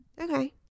Okay